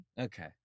Okay